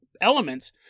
elements